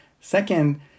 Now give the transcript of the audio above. Second